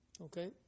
Okay